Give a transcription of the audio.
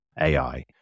AI